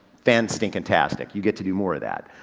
fanstinkintastic, you get to do more of that.